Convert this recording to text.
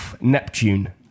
Neptune